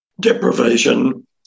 deprivation